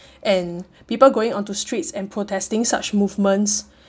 and people going onto streets and protesting such movements